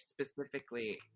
specifically